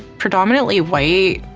predominately white,